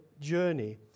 journey